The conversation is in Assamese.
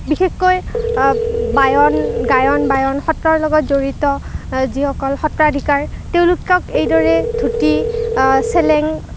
বিশেষকৈ বায়ন গায়ন বায়ন সত্ৰৰ লগত জড়িত যিসকল সত্ৰাধিকাৰ তেওঁলোকক এইদৰে ধুতি চেলেং